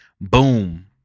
Boom